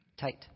tight